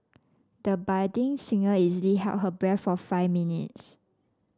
the budding singer easily held her breath for five minutes